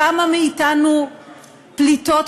כמה מאתנו פליטות,